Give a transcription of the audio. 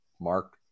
Mark